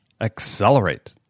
accelerate